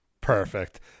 perfect